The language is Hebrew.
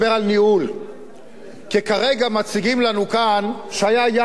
כי כרגע מציגים לנו כאן שהיה יעד גירעון של 1.5%,